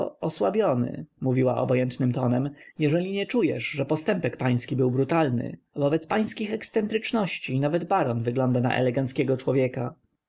osłabiony mówiła obojętnym tonem jeżeli nie czujesz że postępek pański był brutalny wobec pańskich ekscentryczności nawet baron wygląda na eleganckiego człowieka